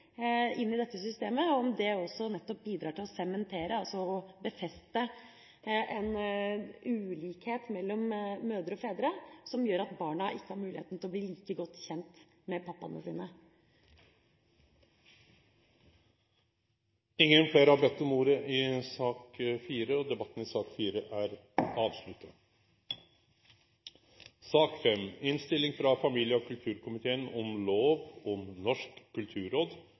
i dette systemet, om den bidrar til å sementere og befeste en ulikhet mellom mødre og fedre som gjør at barna ikke har muligheten til å bli like godt kjent med pappaene sine. Fleire har ikkje bedt om ordet til sak nr. 4. Etter ønske frå familie- og kulturkomiteen vil presidenten foreslå at taletida blir avgrensa til 40 minutt og